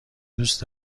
دوست